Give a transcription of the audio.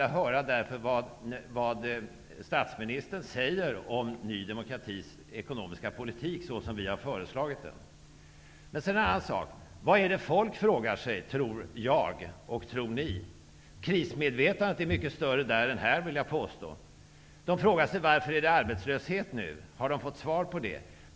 Jag skulle därför vilja höra vad statsministern säger om Ny demokratis ekonomiska politik, såsom vi har föreslagit den. En annan sak. Vad är det som jag och ni tror att människor frågar sig? Krismedvetandet är mycket större bland allmänheten än här, vill jag påstå. De frågar sig varför det är arbetslöshet nu. Har de fått svar på den frågan?